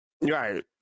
Right